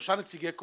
יחד עם הקואליציה,